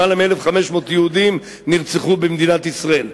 למעלה מ-1,500 יהודים נרצחו במדינת ישראל.